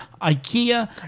Ikea